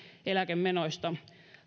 eläkemenoista